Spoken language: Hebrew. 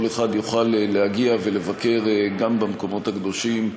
אחד יוכל להגיע ולבקר גם במקומות הקדושים,